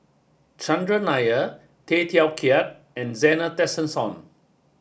Chandran Nair Tay Teow Kiat and Zena Tessensohn